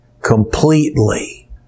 completely